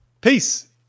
Peace